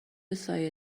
سایه